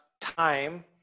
time